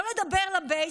לא נדבר לבייס,